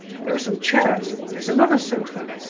there are some chairs and there's another sofa!